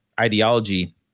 ideology